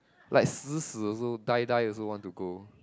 like 死死 also die die also want to go